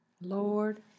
Lord